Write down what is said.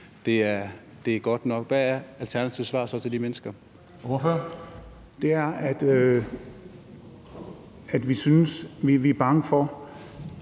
det er godt nok. Hvad er Alternativets svar så til de mennesker?